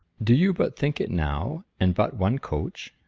do you but think it now? and but one coach?